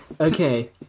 Okay